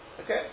Okay